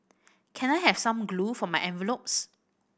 can I have some glue for my envelopes